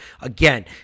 Again